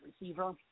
receiver